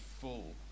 full